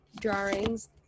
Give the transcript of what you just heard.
drawings